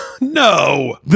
No